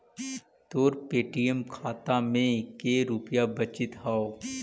तोर पे.टी.एम खाता में के रुपाइया बचित हउ